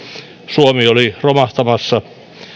suomi oli romahtamassa